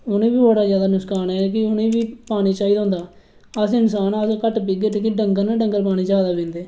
उनेंगी बी बड़ा ज्यादा नुक्सान ऐ कि उनें बी पानी चाहिदा होंदा अस इसान हां अस घट्ट पीगे पर जेहके डंगर ना ओह् पानी ज्यादा पींदे